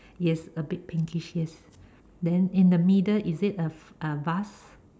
yes a bit pinkish yes then in the middle is it a a vase